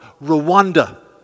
Rwanda